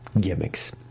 gimmicks